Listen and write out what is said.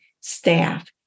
staff